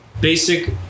basic